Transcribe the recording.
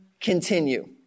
continue